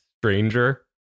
stranger